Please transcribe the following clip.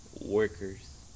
workers